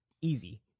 easy